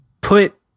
put